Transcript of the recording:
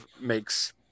Makes